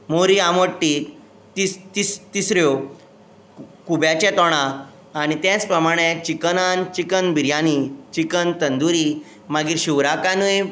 मोरी आमोट तीक तिसऱ्यो खुब्यांचें तोणाक आनी तेच प्रमाणान चिकनान चिकन बिर्यानी चिकन तंदुरी आनी शिवराकानूय